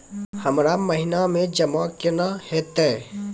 हमरा महिना मे जमा केना हेतै?